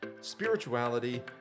spirituality